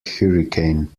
hurricane